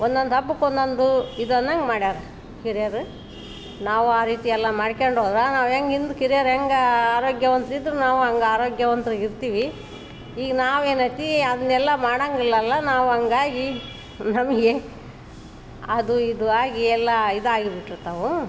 ಒಂದೊಂದು ಹಬ್ಬಕ್ಕೆ ಒಂದೊಂದು ಇದು ಅನ್ನೋಂಗ್ ಮಾಡ್ಯಾರೆ ಹಿರಿಯರು ನಾವು ಆ ರೀತಿಯೆಲ್ಲ ಮಾಡ್ಕೊಂಡು ಹೋದ್ರೆ ನಾವು ಹೇಗ್ ಹಿಂದ್ಕ ಹಿರಿಯರು ಹೇಗೆ ಆರೋಗ್ಯವಂತರಿದ್ರು ನಾವು ಹಾಗೇ ಅರೋಗ್ಯವಂತ್ರಾಗಿ ಇರ್ತೀವಿ ಈಗ ನಾವು ಏನು ಐತಿ ಅದನ್ನೆಲ್ಲ ಮಾಡೋಂಗಿಲ್ಲಲ್ಲ ನಾವು ಹಾಗಾಗಿ ನಮಗೆ ಅದು ಇದು ಆಗಿ ಎಲ್ಲ ಇದಾಗಿ ಬಿಟ್ಟಿರ್ತಾವೆ